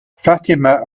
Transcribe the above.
fatima